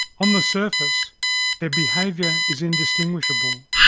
on the surface their behaviour is indistinguishable,